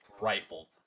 rifle